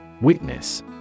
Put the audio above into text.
Witness